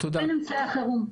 לבין אמצעי החירום.